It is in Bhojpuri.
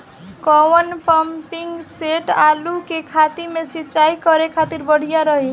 कौन पंपिंग सेट आलू के कहती मे सिचाई करे खातिर बढ़िया रही?